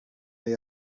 they